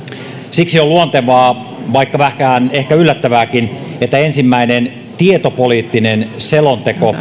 siksi on luontevaa vaikka vähän ehkä yllättävääkin että ensimmäinen tietopoliittinen selonteko